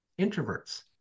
introverts